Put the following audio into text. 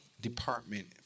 department